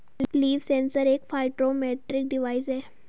leaf sensor एक phytometric device है